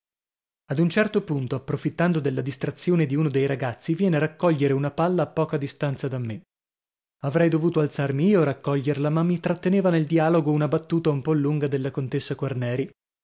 ad un certo punto approfittando della distrazione di uno dei ragazzi viene a raccogliere una palla a poca distanza da me avrei dovuto alzarmi io a raccoglierla ma mi tratteneva nel dialogo una battuta un po lunga della contessa quarneri